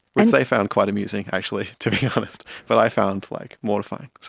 which they found quite amusing actually, to be honest, but i found like mortifying.